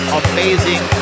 amazing